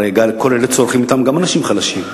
הרי את כל אלה צורכים גם אנשים חלשים.